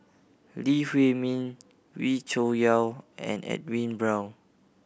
Lee Huei Min Wee Cho Yaw and Edwin Brown